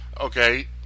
okay